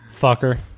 fucker